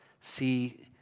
See